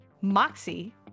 Moxie